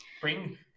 Bring